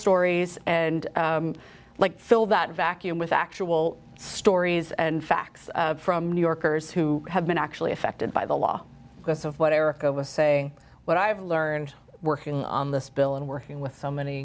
stories and like fill that vacuum with actual stories and facts from new yorkers who have been actually affected by the law because of what erica was saying what i've learned working on this bill and working with so many